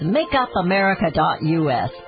MakeupAmerica.us